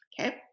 okay